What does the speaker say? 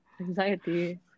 Anxiety